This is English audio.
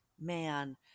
man